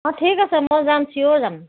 অঁ ঠিক আছে মই যাম চিয়'ৰ যাম